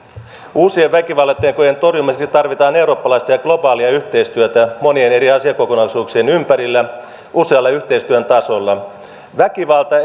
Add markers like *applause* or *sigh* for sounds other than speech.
uusien väkivallantekojen torjumiseksi tarvitaan eurooppalaista ja globaalia yhteistyötä monien eri asiakokonaisuuksien ympärillä usealla yhteistyön tasolla väkivalta *unintelligible*